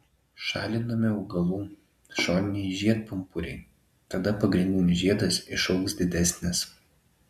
šalinami augalų šoniniai žiedpumpuriai tada pagrindinis žiedas išaugs didesnis